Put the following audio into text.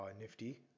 Nifty